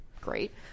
great